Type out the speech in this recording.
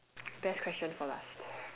best question for last